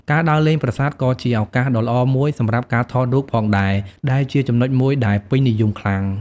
ការដើរលេងប្រាសាទក៏ជាឱកាសដ៏ល្អមួយសម្រាប់ការថតរូបផងដែរ ដែលជាចំណុចមួយដែលពេញនិយមខ្លាំង។